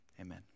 Amen